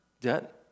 debt